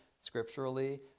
scripturally